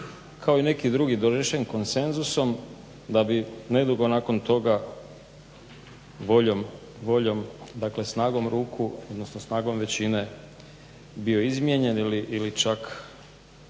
kao i neki drugi donesen konsenzusom, da bi nedugo nakon toga voljom, dakle snagom ruku, odnosno snagom većine bio izmijenjen ili čak